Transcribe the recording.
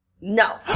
No